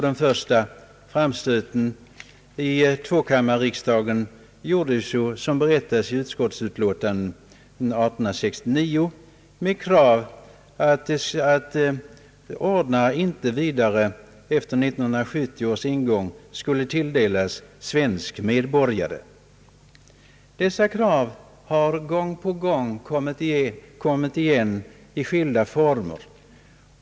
Den första framstöten i tvåkammarriksdagen gjordes, som det berättas i utskottsutlåtandet, år 1869 med krav att ordnar inte vidare efter 1870 års ingång skulle tilldelas svensk medborgare. Liknande krav har gång på gång kommit igen i skilda former.